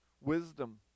wisdom